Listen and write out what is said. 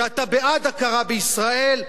שאתה בעד הכרה בישראל,